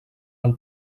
del